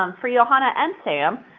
um for yeah johanna and sam,